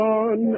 on